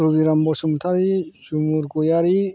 रबिराम बसुमतारि जुमुर गयारि